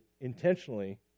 intentionally